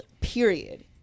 period